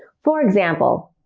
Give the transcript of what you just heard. for example,